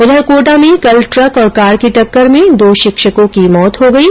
उधर कोटा में कल ट्रक और कार की टक्कर में दो शिक्षको की मौत हो गयी